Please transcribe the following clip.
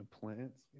plants